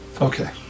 Okay